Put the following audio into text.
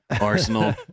Arsenal